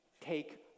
take